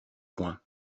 point